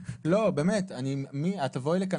כמו שהבנת,